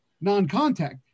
non-contact